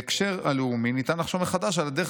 בהקשר הלאומי ניתן לחשוב מחדש על הדרך